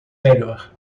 melhor